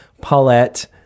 Paulette